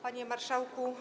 Panie Marszałku!